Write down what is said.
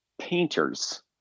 painters